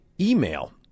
email